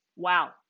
Wow